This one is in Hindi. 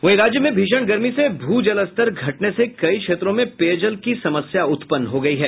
वहीं राज्य में भीषण गर्मी से भू जल स्तर घटने से कई क्षेत्रों में पेयजल की समस्या उत्पन्न हो गयी है